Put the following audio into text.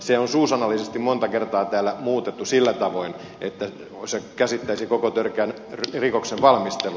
se on suu sanallisesti monta kertaa täällä muutettu sillä tavoin että se käsittäisi koko törkeän rikoksen valmistelun